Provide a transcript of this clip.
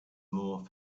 more